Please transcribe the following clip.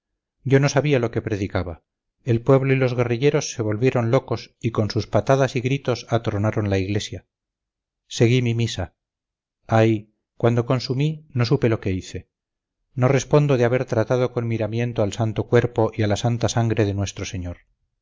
yo no sabía lo que predicaba el pueblo y los guerrilleros se volvieron locos y con sus patadas y gritos atronaron la iglesia seguí mi misa ay cuando consumí no supe lo que hice no respondo de haber tratado con miramiento al santo cuerpo y a la santa sangre de nuestro señor